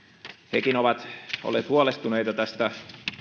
hekin ovat olleet huolestuneita tästä